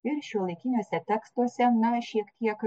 ir šiuolaikiniuose tekstuose na šiek tiek